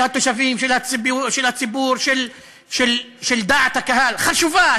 של התושבים, של הציבור, של דעת הקהל, חשובה.